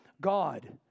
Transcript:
God